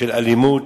של אלימות,